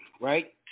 right